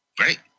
right